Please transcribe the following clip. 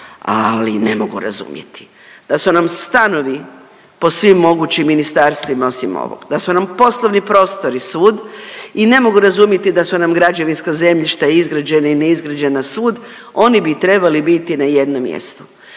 ali ne mogu razumjeti da su nam stanovi po svim mogućim ministarstvima osim ovog. Da su nam poslovni prostori svud i ne mogu razumjeti da su nam građevinska zemljišta, izgrađena i neizgrađena svud. Oni bi trebali biti na jednom mjestu